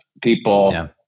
people